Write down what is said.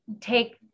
take